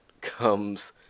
comes